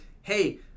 hey